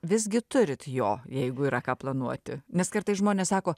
visgi turit jo jeigu yra ką planuoti nes kartais žmonės sako